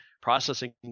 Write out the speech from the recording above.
processing